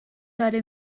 داره